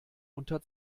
unter